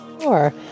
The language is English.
Sure